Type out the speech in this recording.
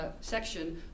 section